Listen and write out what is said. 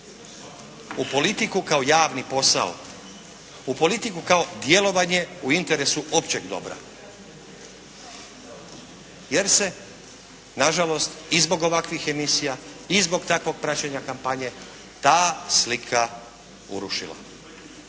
u politiku kao javni posao. U politiku kao djelovanje u interesu općeg dobra. Jer se nažalost i zbog ovakvih emisija i zbog takvog praćenja kampanje ta slika urušila.